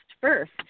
first